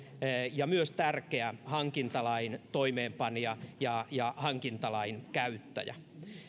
ja myös tärkeä hankintalain toimeenpanija ja ja hankintalain käyttäjä